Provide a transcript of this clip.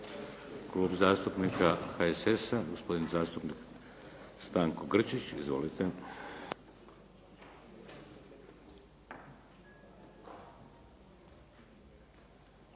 KlUb zastupnika HSS-a, gospodin zastupnik Stanko Grčić. Izvolite.